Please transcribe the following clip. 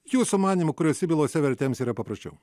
jūsų manymu kuriose bylose vertėms yra paprasčiau